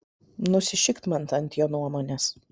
nusišikt man ant jo nuomonės